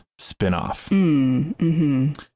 spinoff